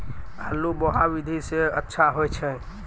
आलु बोहा विधि सै अच्छा होय छै?